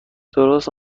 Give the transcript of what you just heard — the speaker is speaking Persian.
درست